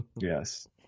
yes